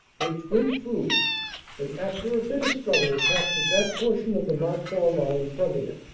which went through and after a bitter struggle captured that portion of the marcoing line fronting it.